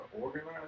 organized